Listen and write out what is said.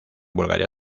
bulgaria